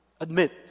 admit